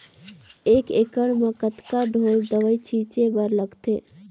एक एकड़ म कतका ढोल दवई छीचे बर लगथे?